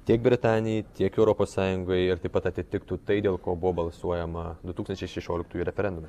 tiek britanijai tiek europos sąjungai ir taip pat atitiktų tai dėl ko buvo balsuojama du tūkstančiai šešioliktųjų referendume